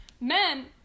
Men